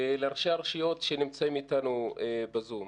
ולראשי הרשויות שנמצאים איתנו בזום.